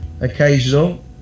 occasional